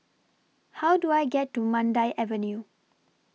How Do I get to Mandai Avenue